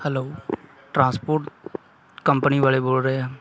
hello transport company ਵਾਲੇ ਬੋਲ ਰਹੇ ਆ